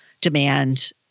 demand